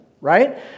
right